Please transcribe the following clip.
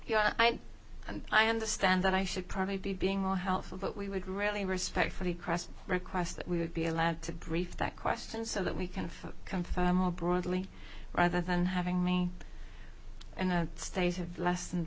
and i understand that i should probably be being more helpful but we would really respect for the crest request that we would be allowed to brief that question so that we can come far more broadly rather than having me and state have less